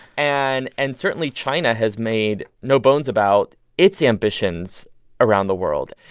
and and certainly, china has made no bones about its ambitions around the world.